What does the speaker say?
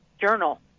journal